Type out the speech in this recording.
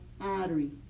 artery